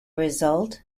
result